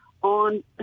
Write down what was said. on